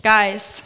Guys